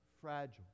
fragile